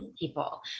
People